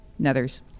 nethers